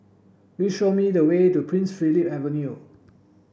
please show me the way to Prince Philip Avenue